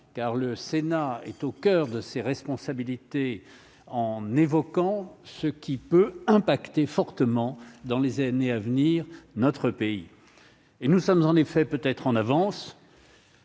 car le Sénat est au coeur de ses responsabilités en évoquant ce qui peut impacter fortement dans les années à venir, notre pays et nous sommes en effet peut-être en avance.